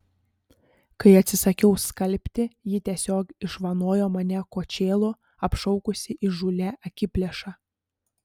kai atsisakiau skalbti ji tiesiog išvanojo mane kočėlu apšaukusi įžūlia akiplėša